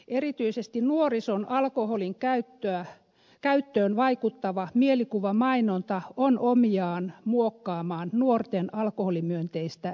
erityisesti nuorison alkoholinkäyttöön vaikuttava mielikuvamainonta on omiaan muokkaamaan nuorten alkoholimyönteistä elämäntapaa